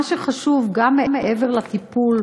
מה שחשוב, גם מעבר לטיפול,